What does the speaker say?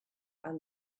and